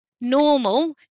normal